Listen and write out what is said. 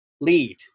lead